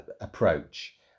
approach